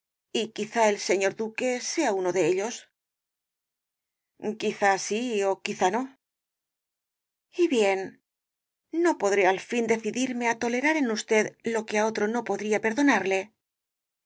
y quizá el señor duque sea uno de ellos quizá sí ó quizá no y bien no podré al fin decidirme á tolerar en usted lo que á otro no podría perdonarle